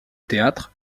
théâtre